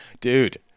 Dude